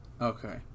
Okay